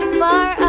far